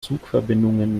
zugverbindungen